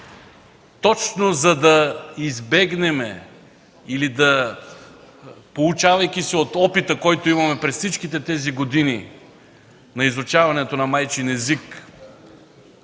Точно за да избегнем или поучавайки се от опита, който имаме през всички години с изучаването на майчин език,